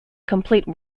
complete